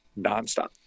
nonstop